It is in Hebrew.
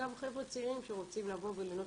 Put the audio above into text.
גם חבר'ה צעירים שרוצים לבוא וליהנות